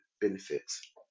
benefits